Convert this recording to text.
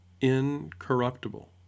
incorruptible